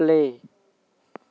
play